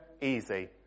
easy